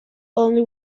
only